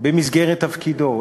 במסגרת תפקידו,